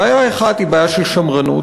בעיה אחת היא בעיה של שמרנות,